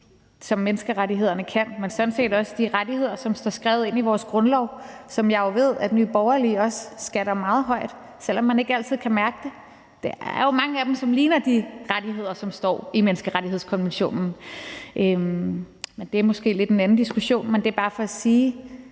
som menneskerettighederne kan, men sådan set også de rettigheder, som står skrevet ind i vores grundlov, som jeg jo ved at Nye Borgerlige også skatter meget højt, selv om man ikke altid kan mærke det. Der er jo mange af dem, som ligner de rettigheder, som står i menneskerettighedskonventionen. Det er måske lidt en anden diskussion, men det er bare for at sige,